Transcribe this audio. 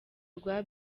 rwa